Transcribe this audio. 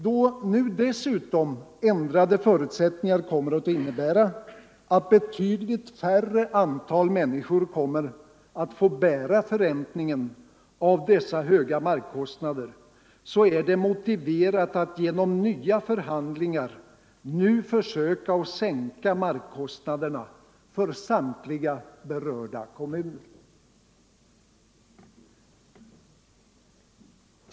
Då nu dessutom ändrade förutsättningar kommer att innebära att betydligt färre antal människor får bära förräntningen av dessa höga markkostnader, är det motiverat att genom nya förhandlingar nu försöka sänka markkostnaderna för samtliga berörda kommuner.